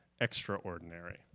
extraordinary